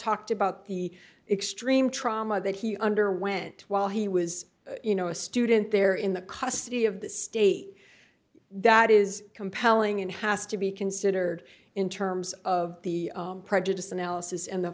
talked about the extreme trauma that he underwent while he was you know a student there in the custody of the state that is compelling and has to be considered in terms of the prejudice analysis and the